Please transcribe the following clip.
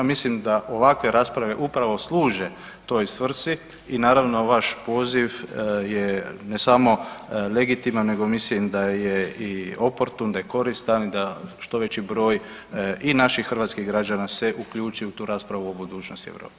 Mislim da ovakve rasprave upravo služe toj svrsi i naravno vaš poziv je ne samo legitiman nego mislim da je i oportun, da je koristan da što veći broj i naših hrvatskih građana se uključi u tu raspravu o budućnosti Europe.